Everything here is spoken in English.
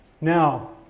Now